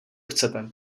chcete